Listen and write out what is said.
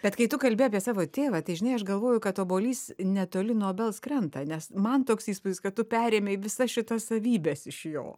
bet kai tu kalbi apie savo tėvą tai žinai aš galvoju kad obuolys netoli nuo obels krenta nes man toks įspūdis kad tu perėmei visas šitas savybes iš jo